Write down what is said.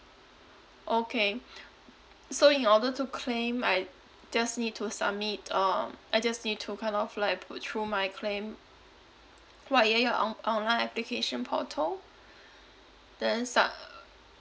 okay so in order to claim I just need to submit um I just need to kind of like put through my claim via your on~ online application portal then su~